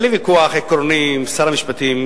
אין לי ויכוח עקרוני עם שר המשפטים.